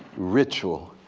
ritual,